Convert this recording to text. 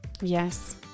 Yes